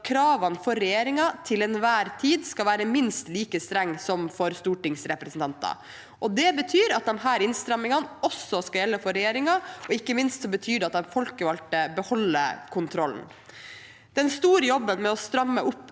kravene for regjeringen til enhver tid skal være minst like strenge som for stortingsrepresentanter. Det betyr at disse innstrammingene også skal gjelde for regjeringen. Ikke minst betyr det at de folkevalgte beholder kontrollen. Den store jobben med å stramme opp